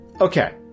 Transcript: okay